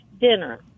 dinner